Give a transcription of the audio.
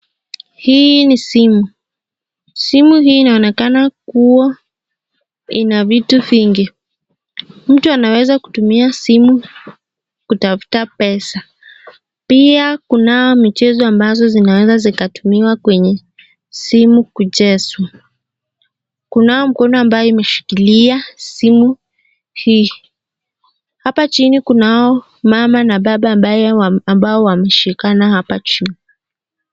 Hii ni simu . Simu hii inaonekana kuwa ina vitu vingi . Mtu anaweza kutumia simu kutafuta pesa . Pia kunayo michezo ambazo zinaweza zikatumiwa kwenye simu kuchezwa . Kunao mkono ambayo imeshikilia simu hii . Hapa chini kunao mama na baba ambaye ambao wameshikana hapa juu .